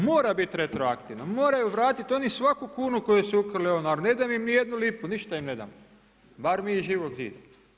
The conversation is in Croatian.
Mora biti retroaktivno, moraju vratiti oni svaku kunu koju su ukrali ovom narodu, ne dam im ni jednu lipu, ništa im ne dam, bar mi iz živog zida.